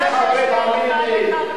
אתה יודע שיש לי הערכה אליך,